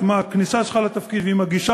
שייקח